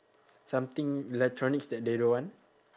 something electronics that they don't want